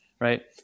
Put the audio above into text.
right